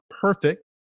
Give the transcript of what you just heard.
perfect